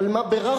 על מה בירכנו,